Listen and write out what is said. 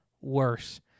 worse